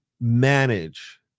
manage